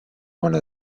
one